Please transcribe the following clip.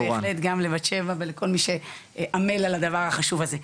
בהחלט גם לבת שבע ולכל מי שעמל על הדבר החשוב הזה.